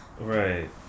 Right